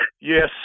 yes